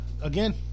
Again